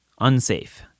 Unsafe